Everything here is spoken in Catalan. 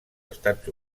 estats